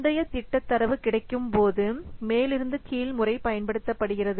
முந்தைய திட்ட தரவு கிடைக்கும்போது மேலிருந்து கீழ் முறை பயன்படுத்தப்படுகிறது